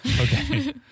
okay